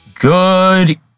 Good